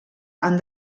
han